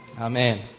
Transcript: Amen